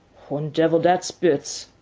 one devil, dat spitz,